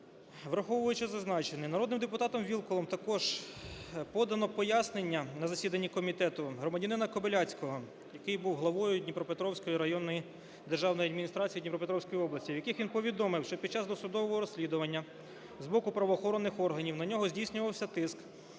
Враховуючи зазначене, народним депутатом Вілкулом також подано пояснення на засіданні комітету громадянина Кобиляцького, який був главою Дніпропетровської районної державної адміністрації Дніпропетровської області, в яких він повідомив, що під час досудового розслідування з боку правоохоронних органів на нього здійснювався тиск,